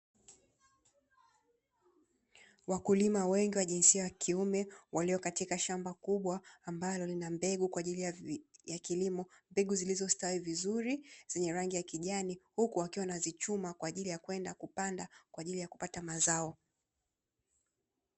Wakulima wengi wa jinsia ya kiume walio katika shamba kubwa ambalo lina mbegu kwa ajili ya kilimo, mbegu zilizo stawi vizuri yenye rangi ya kijani wakiwa wanazichuma kwa ajili ya kwenda kupanda kwa ajili ya kupata mazao.